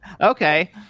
okay